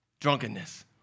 Drunkenness